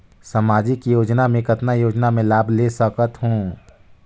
समाजिक योजना मे कतना योजना मे लाभ ले सकत हूं?